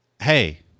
Hey